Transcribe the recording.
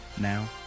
Now